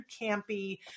campy